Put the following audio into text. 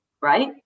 right